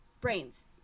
Brains